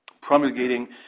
promulgating